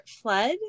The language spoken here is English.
flood